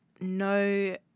no